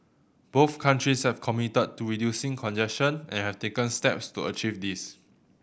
both countries have committed to reducing congestion and have taken steps to achieve this